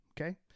Okay